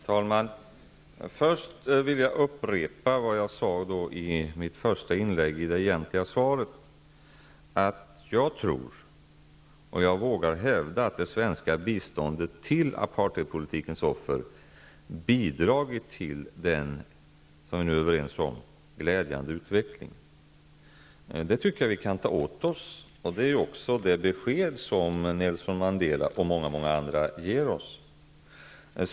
Herr talman! Först vill jag upprepa vad jag sade i det egentliga svaret. Jag tror och vågar hävda att det svenska biståndet till apartheidpolitikens offer har bidragit till den -- som vi nu är överens om -- glädjande utvecklingen. Det tycker jag att vi kan ta åt oss, och det är också det besked som Nelson Mandela och många många andra ger oss.